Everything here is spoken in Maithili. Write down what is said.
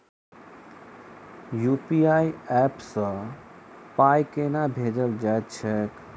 यु.पी.आई ऐप सँ पाई केना भेजल जाइत छैक?